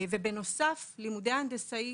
בנוסף, לימודי ההנדסאי